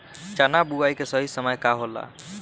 चना बुआई के सही समय का होला?